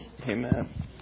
Amen